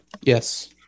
Yes